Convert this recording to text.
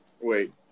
Wait